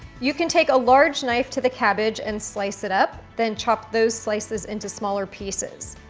you can take a large knife to the cabbage and slice it up, then chop those slices into smaller pieces.